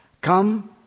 come